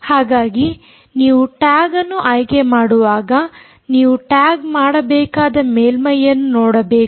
ಹಾಗಾಗಿ ನೀವು ಟ್ಯಾಗ್ ಅನ್ನು ಆಯ್ಕೆ ಮಾಡುವಾಗ ನೀವು ಟ್ಯಾಗ್ ಮಾಡಬೇಕಾದ ಮೇಲ್ಮೈಯನ್ನು ನೋಡಬೇಕು